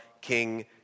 King